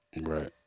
Right